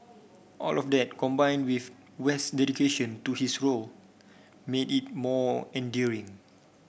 all of that combined with west's dedication to his role made it more endearing